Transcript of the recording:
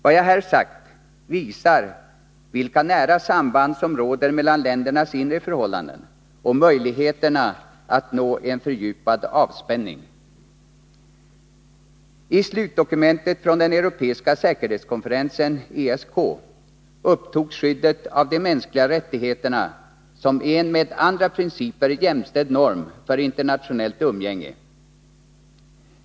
Vad jag här sagt visar vilka nära samband som råder mellan ländernas inre förhållanden och möjligheterna att nå en fördjupad avspänning. I slutdokumentet från den europeiska säkerhetskonferensen, ESK, upptogs skyddet av de mänskliga rättigheterna som en med andra principer jämställd norm för internationellt umgänge.